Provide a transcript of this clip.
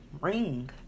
ring